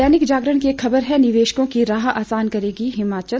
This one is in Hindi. दैनिक जागरण की एक खबर है निवेशकों की राह आसान करेगा हिमाचल